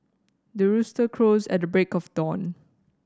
the rooster crows at the break of dawn